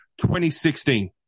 2016